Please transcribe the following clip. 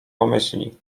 pomyśli